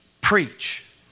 preach